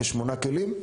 7 ו-8 כלים,